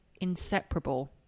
Inseparable